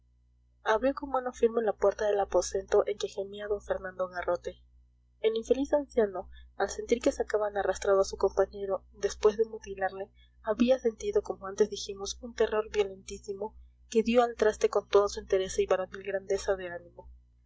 abrió con mano firme la puerta del aposento en que gemía d fernando garrote el infeliz anciano al sentir que sacaban arrastrado a su compañero después de mutilarle había sentido como antes dijimos un terror violentísimo que dio al traste con toda su entereza y varonil grandeza de ánimo